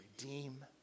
redeem